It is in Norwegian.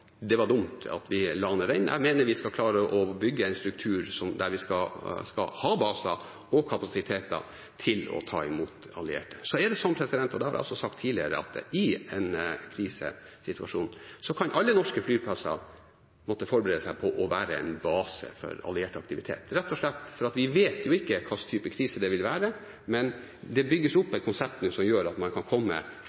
dumt at vi la den ned. Jeg mener vi skal klare å bygge en struktur der vi skal ha baser og kapasiteter til å ta imot allierte. Så er det sånn, og det har jeg også sagt tidligere, at i en krisesituasjon kan alle norske flyplasser måtte forberede seg på å være en base for alliert aktivitet, rett og slett fordi vi ikke vet hvilken type krise det vil være. Men det bygges opp